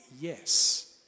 yes